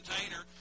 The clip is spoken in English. container